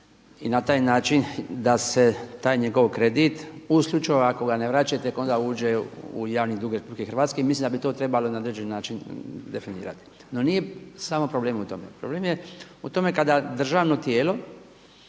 i na taj način da se taj njegov kredit u slučaju ako ga ne vraćate tek onda uđe u javni dug RH i mislim da bi to trebalo na određeni način definirati. No nije samo problem u tome, problem je u tome kada državno tijelo